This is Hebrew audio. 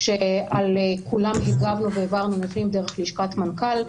שעל כולן הגבנו והעברנו לפעמים דרך לשכת מנכ"ל.